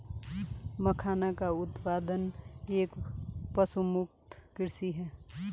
मखाना का उत्पादन एक पशुमुक्त कृषि है